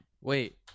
Wait